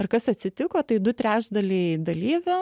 ir kas atsitiko tai du trečdaliai dalyvių